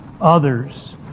others